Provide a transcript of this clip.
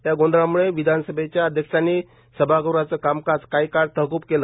या गोंधळामुळे विधानसभेच्या अध्यक्षांनी सभागृहाचं कामकाज काही काळ तहकृब केलं